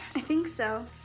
i think so.